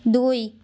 দুই